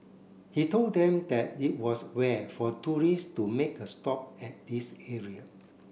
he told them that it was rare for tourist to make a stop at this area